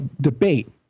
debate